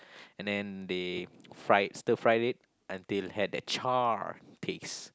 and then they fried stir fry it until had that char taste